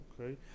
Okay